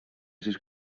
sis